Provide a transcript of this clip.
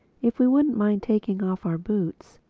if we wouldn't mind taking off our boots,